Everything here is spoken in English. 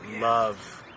love